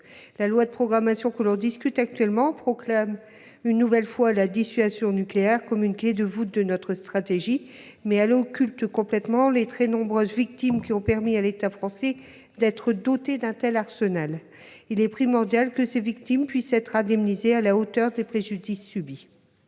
de loi de programmation militaire présente une nouvelle fois la dissuasion nucléaire comme la clé de voûte de notre stratégie, mais il occulte complètement les très nombreuses victimes qui ont permis à l'État français de se doter d'un tel arsenal. Il est primordial que ces victimes puissent être indemnisées à la hauteur des préjudices